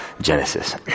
Genesis